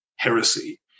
heresy